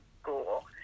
school